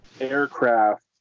aircraft